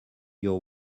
your